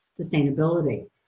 sustainability